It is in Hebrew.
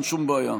אין שום בעיה.